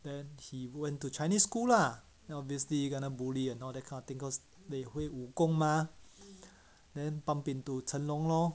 then he went to chinese school lah then obviously kena bully and all that kind of thing cause they learn 武功 mah then bump into 成龙 lor